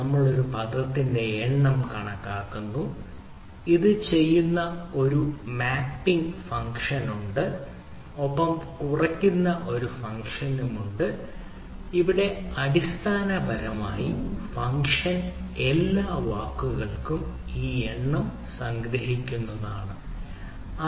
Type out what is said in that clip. നമ്മൾ ഒരു പദത്തിന്റെ എണ്ണം കണക്കാക്കുന്നു ഇത് ചെയ്യുന്ന ഒരു മാപ്പിംഗ് ഫംഗ്ഷനുണ്ട് ഒപ്പം കുറയ്ക്കുന്ന ഒരു ഫംഗ്ഷനുമുണ്ട് ഇവിടെ അടിസ്ഥാനപരമായി ഫംഗ്ഷൻ എല്ലാ വാക്കുകൾക്കും ഈ എണ്ണം സംഗ്രഹിക്കുന്നതിനാണ് w1